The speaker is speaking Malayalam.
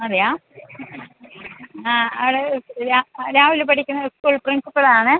അതെയോ ആ ആൾ രാഹുൽ പഠിക്കുന്ന സ്കൂൾ പ്രിൻസിപ്പൽ ആണ്